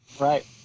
right